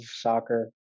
soccer